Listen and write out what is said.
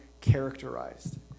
characterized